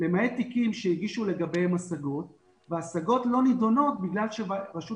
למעט תיקים שהגישו לגביהם השגות וההשגות לא נידונות בגלל שרשות